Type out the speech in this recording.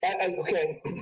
Okay